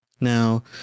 Now